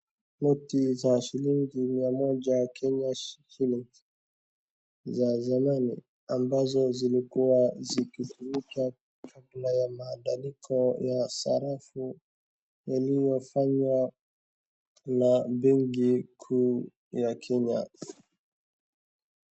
Noti za shilingi mia moja Kenya shillings za zamani ambazo zilikuwa zikitumika kabla ya mabadiliko ya sarafu iliyofanywa na benki kuu ya Kenya.